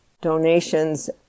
Donations